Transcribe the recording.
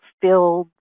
filled